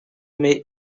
make